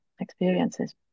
experiences